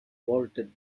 bolted